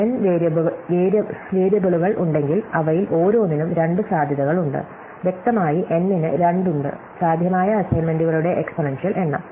N വേരിയബിളുകളുണ്ടെങ്കിൽ അവയിൽ ഓരോന്നിനും രണ്ട് സാധ്യതകളുണ്ട് വ്യക്തമായി N ന് 2 ഉണ്ട് സാധ്യമായ അസൈൻമെന്റുകളുടെ എക്സ്പോണൻഷ്യൽ എണ്ണം